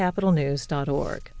capital news dot org